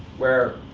where